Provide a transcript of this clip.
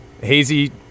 hazy